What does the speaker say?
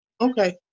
okay